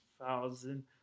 thousand